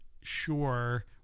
sure